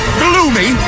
gloomy